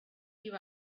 you